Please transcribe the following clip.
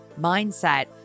mindset